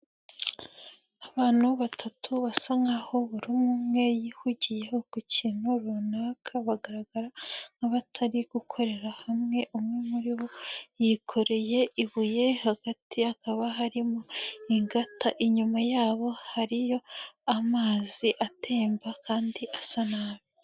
Abantu batatu basa nk'aho buri umwe yihugiyeho ku kintu runaka, bagaragara nk'abatari gukorera hamwe, umwe muri bo yikoreye ibuye hagati hakaba harimo ingata, inyuma yabo hariyo amazi utemba kandi asa nabi.